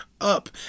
up